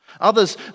Others